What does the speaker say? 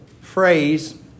phrase